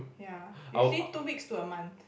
yeah usually two weeks to a month